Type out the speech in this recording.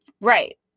Right